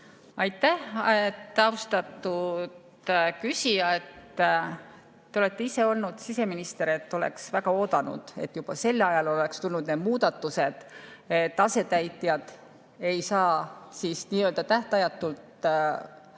Aitäh, austatud küsija! Te olete ise olnud siseminister, nii et oleks väga oodanud, et juba sel ajal oleks tulnud need muudatused, et asetäitjad ei saa tähtajatult,